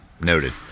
Noted